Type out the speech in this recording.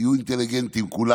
תהיו אינטליגנטים כולם.